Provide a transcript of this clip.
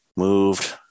moved